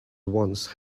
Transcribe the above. once